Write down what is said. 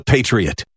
Patriot